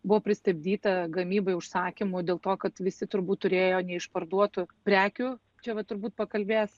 buvo pristabdyta gamyba užsakymų dėl to kad visi turbūt turėjo neišparduotų prekių čia va turbūt pakalbės